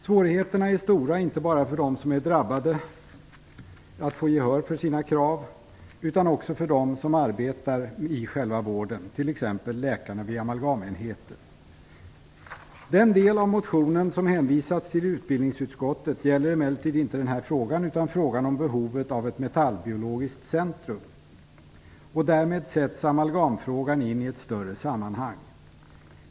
Svårigheterna att få gehör för sina krav är stora, inte bara för dem som är drabbade utan också för dem som arbetar inom vården, t.ex. läkarna vid amalgamenheten. Den del av motionen som hänvisats till utbildningsutskottet gäller emellertid inte denna fråga, utan frågan om behovet av ett metallbiologiskt centrum. Därmed sätts amalgamfrågan in i ett större sammanhang.